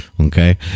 okay